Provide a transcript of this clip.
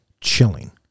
chilling